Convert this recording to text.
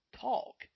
talk